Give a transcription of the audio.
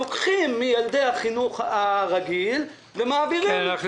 לוקחים מילדי החינוך הרגיל ומעבירים לילדי החינוך המיוחד.